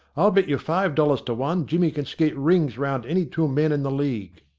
i'll bet you five dollars to one jimmy can skate rings round any two men in the league.